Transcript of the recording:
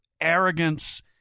arrogance